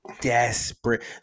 desperate –